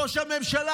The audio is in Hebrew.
ראש הממשלה,